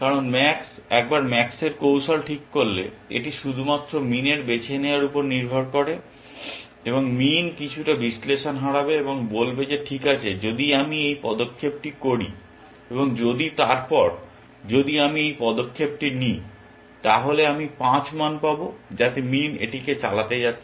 কারণ ম্যাক্স একবার ম্যাক্স এর কৌশল ঠিক করলে এটি শুধুমাত্র মিনের বেছে নেওয়ার উপর নির্ভর করে এবং মিন কিছুটা বিশ্লেষণ হারাবে এবং বলবে যে ঠিক আছে যদি আমি এই পদক্ষেপটি করি এবং যদি তারপর যদি আমি এই পদক্ষেপটি নিই তাহলে আমি 5 মান পাব যাতে মিন এটিকে চালাতে যাচ্ছে